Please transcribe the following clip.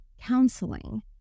counseling